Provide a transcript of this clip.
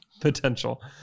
potential